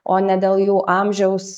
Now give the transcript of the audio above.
o ne dėl jų amžiaus